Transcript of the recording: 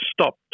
stop